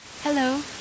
Hello